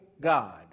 God